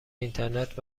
اینترنت